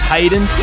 Hayden